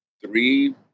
three